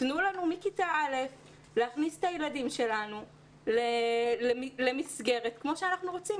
תנו לנו מכיתה א' להכניס את הילדים שלנו למסגרת כפי שאנחנו רוצים,